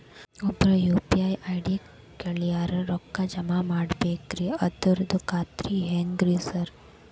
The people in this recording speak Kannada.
ಒಬ್ರು ಯು.ಪಿ.ಐ ಐ.ಡಿ ಕಳ್ಸ್ಯಾರ ರೊಕ್ಕಾ ಜಮಾ ಮಾಡ್ಬೇಕ್ರಿ ಅದ್ರದು ಖಾತ್ರಿ ಹೆಂಗ್ರಿ ಸಾರ್?